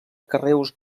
carreus